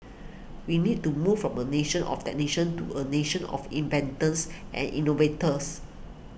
we need to move from a nation of technicians to a nation of inventors and innovators